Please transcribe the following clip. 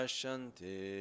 Shanti